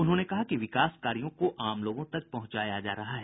उन्होंने कहा कि विकास कार्यों को आम लोगों तक पहुंचाया जा रहा है